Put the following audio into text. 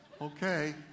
Okay